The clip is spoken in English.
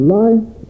life